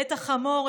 ואת החמור,